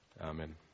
Amen